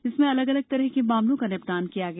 जिसमें अलग अलग तरह के मामलों का निपटान किया गया